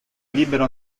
libero